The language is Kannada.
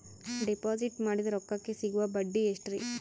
ಡಿಪಾಜಿಟ್ ಮಾಡಿದ ರೊಕ್ಕಕೆ ಸಿಗುವ ಬಡ್ಡಿ ಎಷ್ಟ್ರೀ?